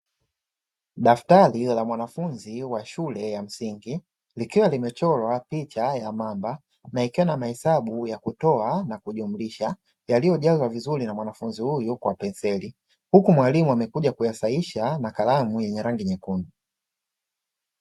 Daftari la mwanafunzi wa shule ya msingi, likiwa limechorwa picha ya mamba na ikiwa na mahesabu ya kutoa na kujumlisha yaliyojazwa vizuri na mwanafunzi huyo kwa penseli. Huku mwalimu amekuja kuyasahisha na kalamu yenye rangi nyekundu.